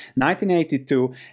1982